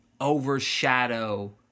overshadow